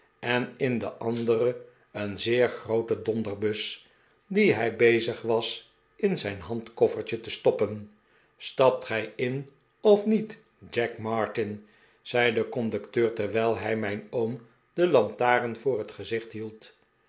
en in de andere een zeer groote donderbus die hij bezig was in zijn handkoffertje te stoppen stapt gij in of niet jack martin zei de conducteur terwijl hij mijn oom de lantaren voor het gezicht hield